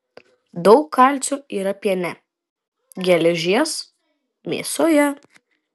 daug kalcio yra piene geležies mėsoje